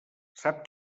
sap